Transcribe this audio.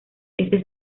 este